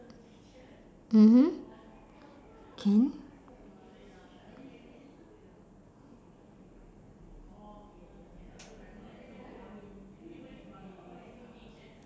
mmhmm can